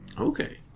Okay